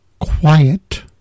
Quiet